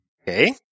Okay